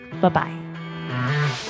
Bye-bye